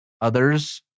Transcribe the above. others